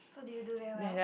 what did you do very well